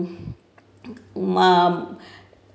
um